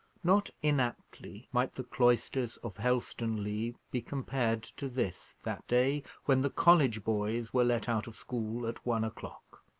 not inaptly might the cloisters of helstonleigh be compared to this, that day, when the college boys were let out of school at one o'clock.